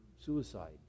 suicide